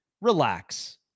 relax